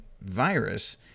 virus